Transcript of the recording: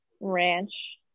Ranch